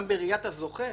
גם בראיית הזוכה,